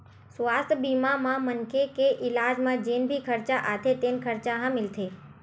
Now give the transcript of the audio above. सुवास्थ बीमा म मनखे के इलाज म जेन भी खरचा आथे तेन खरचा ह मिलथे